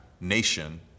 nation